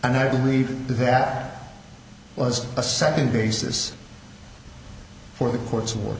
and i believe that was a second basis for the court's w